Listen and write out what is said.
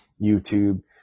YouTube